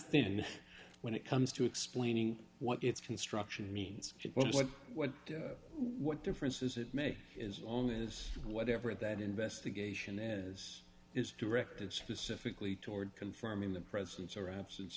thin when it comes to explaining what its construction means and what what what difference does it make is only is whatever that investigation is is directed specifically toward confirming the presence or absence